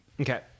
Okay